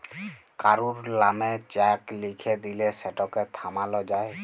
কারুর লামে চ্যাক লিখে দিঁলে সেটকে থামালো যায়